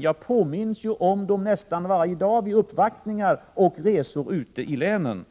Jag påminns ju om dem nästan varje dag vid uppvaktningar och resor ute i länen.